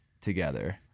together